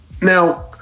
Now